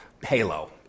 Halo